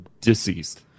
Deceased